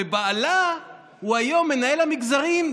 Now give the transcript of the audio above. ובעלה הוא היום מנהל המגזרים,